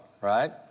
right